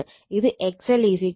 ഇത് XL JL ω